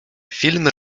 filmy